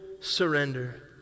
Surrender